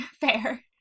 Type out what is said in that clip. Fair